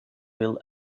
will